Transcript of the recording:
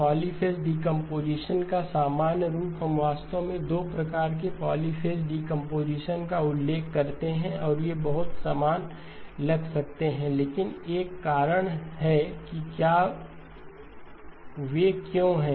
polyphase decomposition का सामान्य रूप हम वास्तव में 2 प्रकार के पॉलीफ़ेज़ डीकंपोजीशन का उल्लेख करते हैं और वे बहुत समान लग सकते हैं लेकिन एक कारण है कि वे क्यों हैं